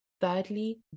Thirdly